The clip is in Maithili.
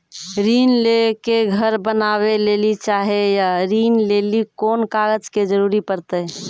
ऋण ले के घर बनावे लेली चाहे या ऋण लेली कोन कागज के जरूरी परतै?